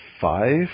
five